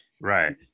Right